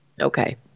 Okay